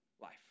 life